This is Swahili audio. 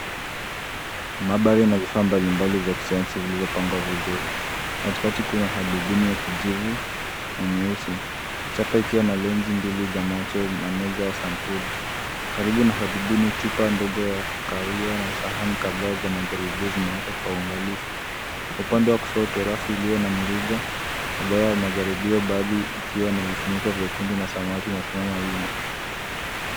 Maabara ina vifaa mbalimbali vya kisayansi vilivyopangwa vizuri. Katikati kuna hadubini ya kijivu na nyeusi, chapa ikiwa na lenzi mbili za macho na meza ya sampuli. Karibu na hadubini, chupa ndogo ya kahawia na sahani kadhaa za majaribio zimewekwa kwa uangalifu. Upande wa kushoto, rafu iliyo na mirija kadhaa ya majaribio, baadhi ikiwa na vifuniko vyekundu na samawati, inasimama wima.